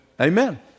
amen